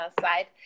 side